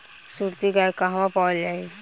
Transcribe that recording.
सुरती गाय कहवा पावल जाला?